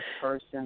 person